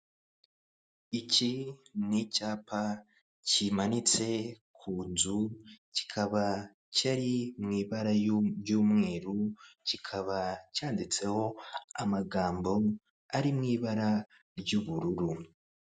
Iki ni icyapa kimanitse ku nzu kikaba kiri mu ibara ry'umweru kikaba cyanditseho amagambo ari mu ibara ry'ubururu.